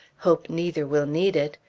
hope neither will need it!